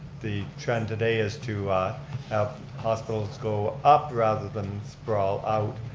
the trend today is to have hospitals go up rather than sprawl out.